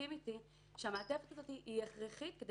יסכים איתי שהמעטפת הזאת הכרחית כדי